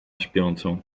śpiącą